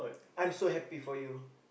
I'm so happy for you